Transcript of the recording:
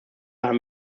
haben